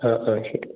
ആ ആ ശരി